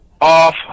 off